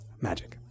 magic